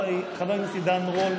חבר הכנסת עידן רול,